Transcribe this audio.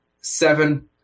seven